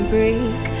Break